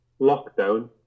lockdown